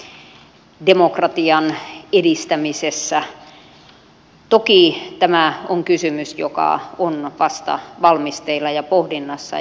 toki tämä on kysymys joka on vasta valmisteilla ja pohdinnassa